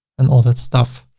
and all that stuff.